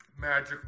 Magic